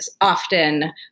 often